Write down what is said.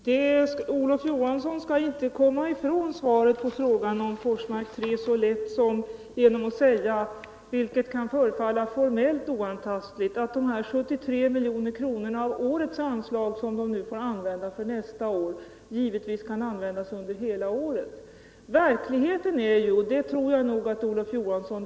Herr talman! Olof Johansson skall inte komma ifrån svaret på frågan om Forsmark 3 så lätt som genom att säga att de 73 milj.kr. av årets anslag, som nu får användas för nästa år, givetvis kan användas under hela året. Formellt kan detta förefalla oantastligt.